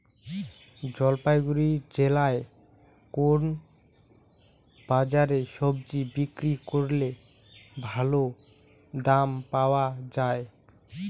জলপাইগুড়ি জেলায় কোন বাজারে সবজি বিক্রি করলে ভালো দাম পাওয়া যায়?